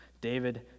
David